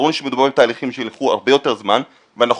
ברור לי שמדובר בתהליכים שייקחו הרבה יותר זמן ואנחנו